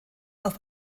auf